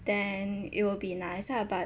then it will be nice lah but